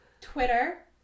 Twitter